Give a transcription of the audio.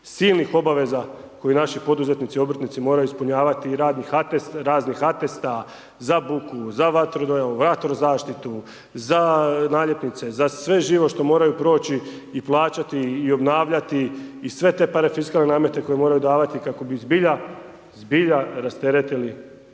silnih obaveza koje naši poduzetnici, obrtnici moraju ispunjavati i radnih atesta za buku, za vatro dojavu, vatro zaštitu, za naljepnice, za sve živo što moraju proći i plaćati i obnavljati i sve te parafiskalne namete koje moraju davati kako bi zbilja, zbilja rasteretili